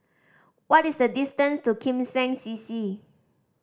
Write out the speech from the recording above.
what is the distance to Kim Seng C C